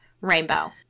rainbow